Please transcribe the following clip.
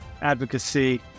advocacy